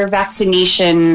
vaccination